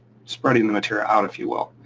spreading the material out, if you will.